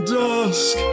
dusk